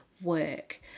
work